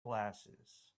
glasses